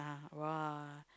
like !wah!